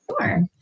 Sure